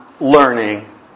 learning